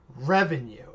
revenue